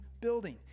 building